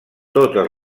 totes